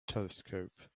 telescope